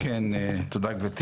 כן, תודה גברתי